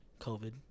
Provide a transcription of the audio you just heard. COVID